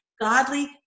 Godly